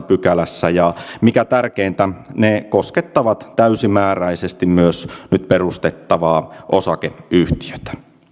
pykälässä ja mikä tärkeintä ne koskettavat täysimääräisesti myös nyt perustettavaa osakeyhtiötä